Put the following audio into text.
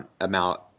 amount